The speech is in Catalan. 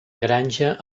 granja